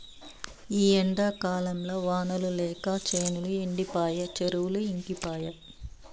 ఈ ఎండాకాలంల వానలు లేక చేనులు ఎండిపాయె చెరువులు ఇంకిపాయె